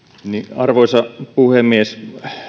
arvoisa puhemies